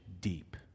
deep